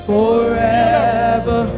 Forever